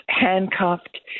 handcuffed